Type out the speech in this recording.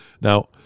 Now